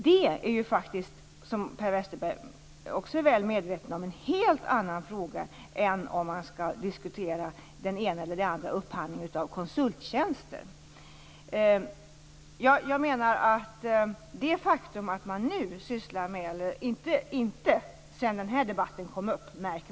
Det är en helt annan fråga än om man skall diskutera den ena eller andra upphandlingen av konsulttjänster, vilket Per Westerberg också är väl medveten om.